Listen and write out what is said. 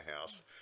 house